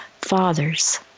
fathers